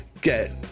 get